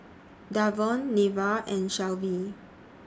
Davon Nira and Shelvie